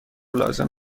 لازم